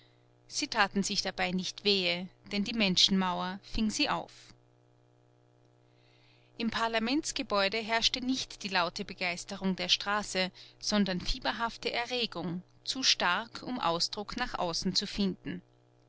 sie taten sich dabei nicht wehe denn die menschenmauer fing sie auf im parlamentsgebäude herrschte nicht die laute begeisterung der straße sondern fieberhafte erregung zu stark um ausdruck nach außen zu finden